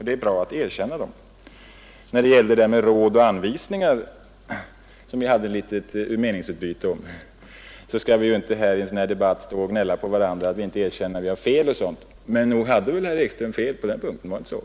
Det är bra att erkänna dem. När det gäller råd och anvisningar, som vi hade ett litet meningsutbyte om, skall vi inte i en sådan här debatt stå och gnälla på varandra för att någon inte erkänner när han har fel. Men nog hade väl herr Ekström fel på den punkten? Var det inte så?